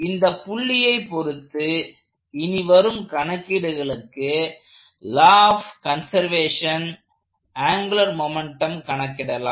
இந்த புள்ளியை பொருத்து இனிவரும் கணக்கீடுகளுக்கு law of conservation angular momentum கணக்கிடலாம்